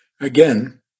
Again